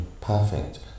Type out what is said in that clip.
Perfect